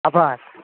આભાર